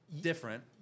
different